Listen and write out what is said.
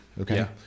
okay